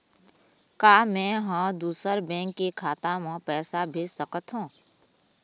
का मैं ह दूसर बैंक के खाता म पैसा भेज सकथों?